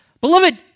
Beloved